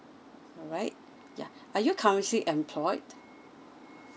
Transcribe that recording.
alright yeah are you currently employed